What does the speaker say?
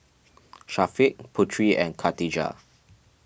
Syafiq Putri and Katijah